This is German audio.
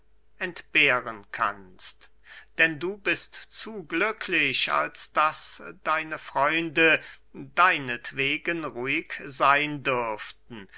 entbehren kannst denn du bist zu glücklich als daß deine freunde deinetwegen ruhig seyn dürften